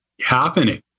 happening